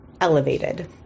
elevated